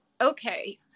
Okay